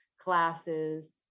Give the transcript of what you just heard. classes